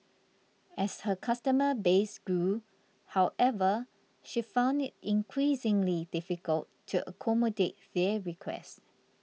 as her customer base grew however she found it increasingly difficult to accommodate their requests